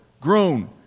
grown